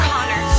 Connor